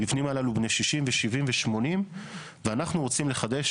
המבנים הללו בני 60 ו-70 ו-80 ואנחנו רוצים לחדש